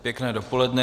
Pěkné dopoledne.